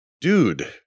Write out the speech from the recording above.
Dude